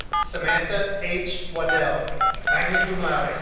samantha h. wadell, magna cum laude.